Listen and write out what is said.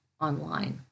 online